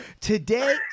today